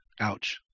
Ouch